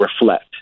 reflect